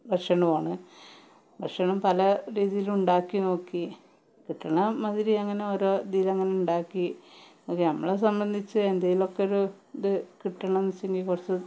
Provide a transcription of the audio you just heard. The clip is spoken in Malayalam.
ഭക്ഷണവുമാണ് ഭക്ഷണം പല രീതിയിൽ ഉണ്ടാക്കി നോക്കി കിട്ടണമാതിരി അങ്ങനെ ഓരോ ഇതിലങ്ങനെ ഉണ്ടാക്കി നമ്മളെ സംബദ്ധിച്ച് എന്തേലുമൊക്കെ ഒരു ഇത് കിട്ടണമെന്ന് വെച്ചെങ്കിൽ കുറച്ച്